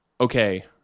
Okay